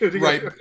Right